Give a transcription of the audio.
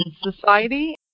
Society